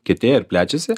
kietėja ir plečiasi